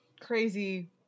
crazy